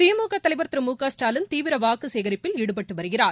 திமுக தலைவர் திரு மு க ஸ்டாலின் தீவிர வாக்கு சேகரிப்பில் ஈடுபட்டு வருகிறார்